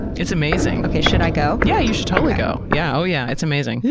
it's amazing. okay, should i go? yeah, you should totally go. yeah, oh yeah. it's amazing.